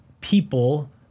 people